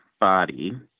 body